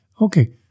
Okay